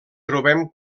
trobem